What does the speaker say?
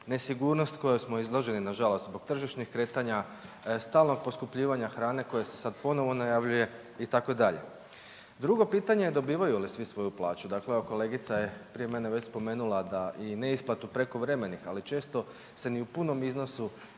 nesigurnost kojom smo izloženi nažalost zbog tržišnih kretanja, stalnog poskupljivanja hrane koje se sad ponovno najavljuje itd. Drugo pitanje, dobivaju li svi svoju plaću? Dakle, kolegica je prije mene već spomenula da i neisplatu prekovremenih ali se često ni u punom iznosu